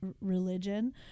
religion